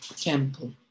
Temple